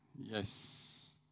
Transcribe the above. Yes